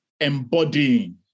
Embodying